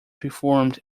performed